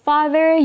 Father